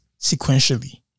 sequentially